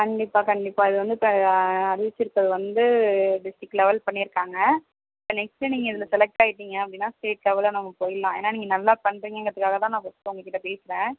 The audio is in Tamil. கண்டிப்பா கண்டிப்பாக அது வந்து இப்போ அறிவித்திருக்கிறது வந்து டிஸ்ட்ரிக் லெவல் பண்ணியிருக்காங்க நெக்ஸ்ட்டு நீங்கள் இதில் செலக்ட் ஆகிட்டீங்க அப்படினா ஸ்டேட் லெவலில் நாம் போயிடலாம் ஏன்னா நீங்கள் நல்லா பண்றீங்கங்கிறதுக்காக தான் நான் ஃபஸ்ட்டு உங்கள் கிட்டே பேசுறேன்